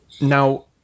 Now